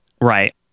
Right